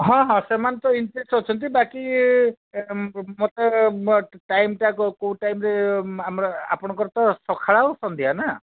ହଁ ହଁ ସେମାନେ ତ ଇଣ୍ଟରେଷ୍ଟ ଅଛନ୍ତି ବାକି ମୋତେ ଟାଇମ୍ଟା କୋଉ ଟାଇମ୍ରେ ଆମର ଆପଣଙ୍କର ତ ସକାଳ ଆଉ ସନ୍ଧ୍ୟା ନା